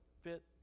fit